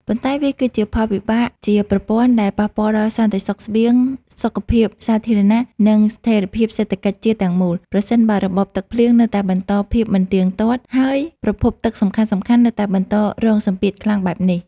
ប៉ុន្តែវាគឺជាផលវិបាកជាប្រព័ន្ធដែលប៉ះពាល់ដល់សន្តិសុខស្បៀង សុខភាពសាធារណៈ និងស្ថិរភាពសេដ្ឋកិច្ចជាតិទាំងមូល ប្រសិនបើរបបទឹកភ្លៀងនៅតែបន្តភាពមិនទៀងទាត់ ហើយប្រភពទឹកសំខាន់ៗនៅតែបន្តរងសម្ពាធខ្លាំងបែបនេះ។